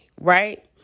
Right